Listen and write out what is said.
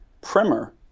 primer